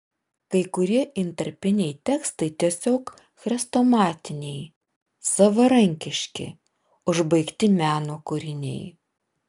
kai kurie intarpiniai tekstai tiesiog chrestomatiniai savarankiški užbaigti meno kūriniai